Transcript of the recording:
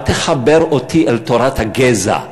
אל תחבר אותי אל תורת גזע,